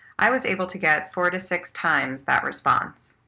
i was able to get four to six times that response.